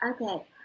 Okay